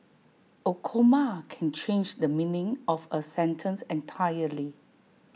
A comma can change the meaning of A sentence entirely